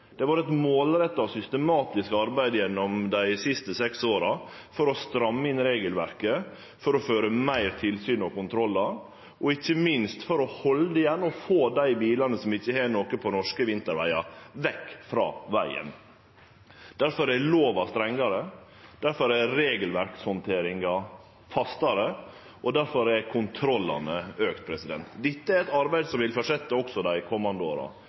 Det har vore eit målretta, systematisk arbeid gjennom dei siste seks åra for å stramme inn regelverket, for å føre meir tilsyn og kontrollar og ikkje minst for å halde igjen og få dei bilane som ikkje har noko på norske vintervegar å gjere, vekk frå vegen. Derfor er lova strengare, derfor er regelverkshandteringa fastare, og derfor har kontrollane auka. Dette er eit arbeid som vil fortsetje dei komande åra.